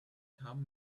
come